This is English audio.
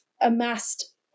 amassed